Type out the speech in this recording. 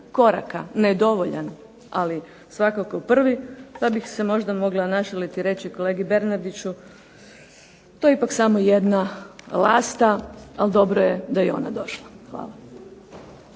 koraka, ne dovoljan ali svakako prvi. Pa bih se mogla možda našaliti i reći kolegi Bernardiću, to je ipak samo jedna lasta, ali dobro je da je i ona došla. Hvala.